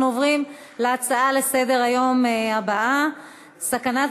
אנחנו עוברים להצעה הבאה לסדר-היום: סכנת